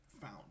found